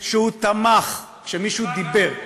7א, שהוא תמך, שמישהו דיבר.